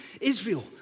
Israel